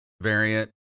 variant